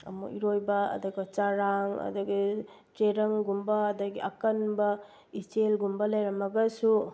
ꯑꯃꯨꯛ ꯏꯔꯣꯏꯕ ꯑꯗꯨꯒ ꯆꯥꯔꯥꯡ ꯑꯗꯒꯤ ꯆꯦꯔꯪꯒꯨꯝꯕ ꯑꯗꯒꯤ ꯑꯀꯟꯕ ꯏꯆꯦꯜꯒꯨꯝꯕ ꯂꯩꯔꯝꯂꯒꯁꯨ